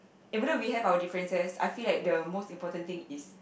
even though we have our differences I feel like the most important thing is